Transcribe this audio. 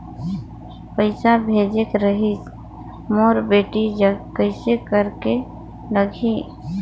पइसा भेजेक रहिस मोर बेटी जग कइसे करेके लगही?